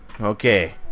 Okay